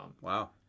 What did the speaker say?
Wow